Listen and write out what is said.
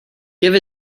give